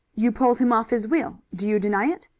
you pulled him off his wheel. do you deny it?